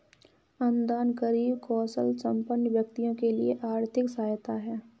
अनुदान गरीब कौशलसंपन्न व्यक्तियों के लिए आर्थिक सहायता है